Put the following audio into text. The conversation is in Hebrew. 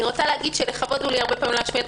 אני רוצה להגיד שכבוד הוא לי הרבה פעמים להשמיע את